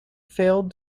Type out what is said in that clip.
failed